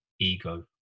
ego